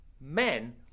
men